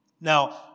Now